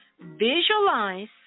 visualize